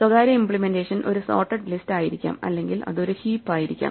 സ്വകാര്യ ഇമ്പ്ലിമെന്റേഷൻ ഒരു sorted list ആയിരിക്കാം അല്ലെങ്കിൽ അത് ഒരു ഹീപ്പ് ആയിരിക്കാം